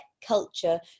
culture